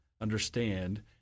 understand